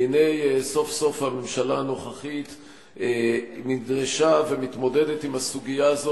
והנה סוף-סוף הממשלה הנוכחית נדרשה ומתמודדת עם הסוגיה הזאת,